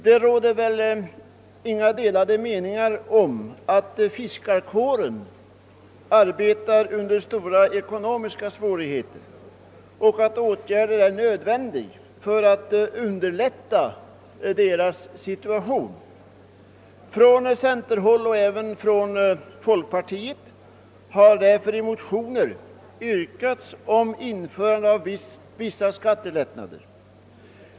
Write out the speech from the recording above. Det råder väl inga delade meningar om att fiskarkåren arbetar under stora ekonomiska svårigheter och att åtgärder är nödvändiga för att underlätta deras situation. Från centerpartihåll och även från folkpartihåll har man därför i motioner yrkat på en utredning i syfte att uppnå vissa skattelättnader.